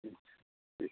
हँ ठीक छै